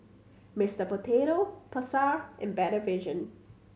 Mister Potato Pasar and Better Vision